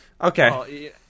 Okay